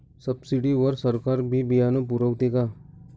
Subsidy वर सरकार बी बियानं पुरवते का?